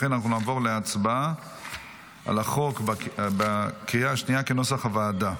לכן אנחנו נעבור להצבעה על החוק בקריאה השנייה כנוסח הוועדה.